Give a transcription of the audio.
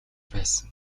байсан